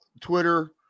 Twitter